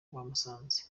bamusanze